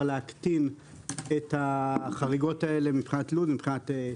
להקטין את החריגות האלה מבחינת לו"ז ומבחינת תקציב.